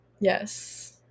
yes